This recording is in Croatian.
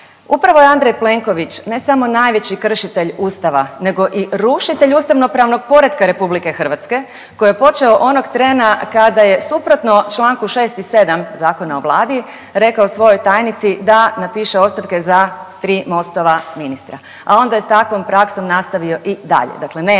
upravo je Andrej Plenković ne samo najveći kršitelj Ustava, nego i rušitelj ustavno-pravnog poretka Republike Hrvatske koji je počeo onog trena kada je suprotno članku 6. i 7. Zakona o Vladi rekao svojoj tajnici da napiše ostavke za 3 Mostova ministra, a onda je sa takvom praksom nastavio i dalje.